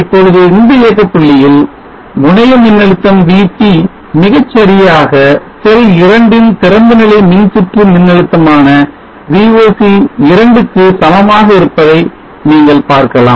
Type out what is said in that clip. இப்பொழுது இந்த இயக்கப்புள்ளியில் முனைய மின்னழுத்தம் VT மிகச்சரியாக செல் இரண்டின் திறந்தநிலை மின்சுற்று மின்னழுத்தமான VOC2 க்கு சமமாக இருப்பதை நீங்கள் பார்க்கலாம்